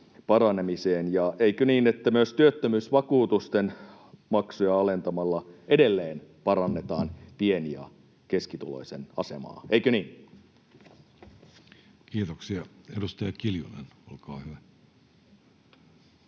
paranemiseen? Ja eikö niin, että myös työttömyysvakuutusten maksuja alentamalla edelleen parannetaan pieni- ja keskituloisen asemaa? Eikö niin? Kiitoksia. — Edustaja Kiljunen, olkaa hyvä.